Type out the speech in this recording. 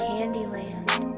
Candyland